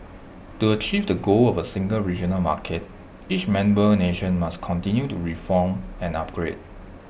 to achieve the goal of A single regional market each member nation must continue to reform and upgrade